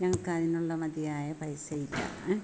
ഞങ്ങൾക്ക് അതിനുള്ള മതിയായ പൈസ ഇല്ല ഏ